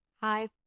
Hi